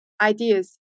ideas